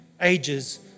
ages